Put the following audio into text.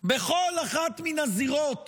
בכל אחת מן הזירות